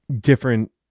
different